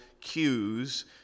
cues